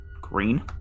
green